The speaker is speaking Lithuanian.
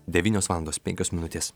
devynios valandos penkios minutės